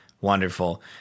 wonderful